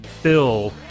fill